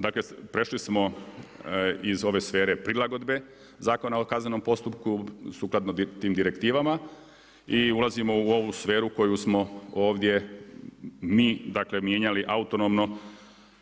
Dakle, prešli smo iz ove sfere prilagodbe Zakona o kaznenom postupku sukladno tim direktivama i ulazimo u ovu sferu koju smo ovdje mi, dakle mijenjali autonomno,